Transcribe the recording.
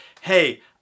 hey